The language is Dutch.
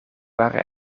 waren